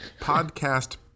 podcast